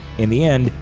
in the end,